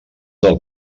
del